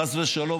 חס ושלום,